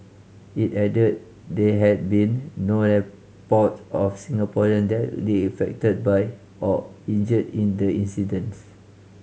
it added they had been no report of Singaporean directly affected by or injured in the incidents